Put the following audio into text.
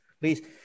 please